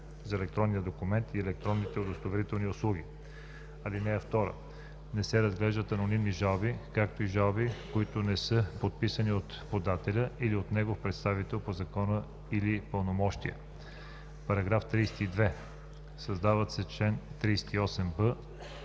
за електронния документ и електронните удостоверителни услуги. (2) Не се разглеждат анонимни жалби, както и жалби, които не са подписани от подателя или от негов представител по закон или пълномощие.“ § 32. Създават се чл. 38б